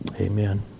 Amen